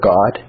God